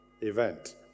event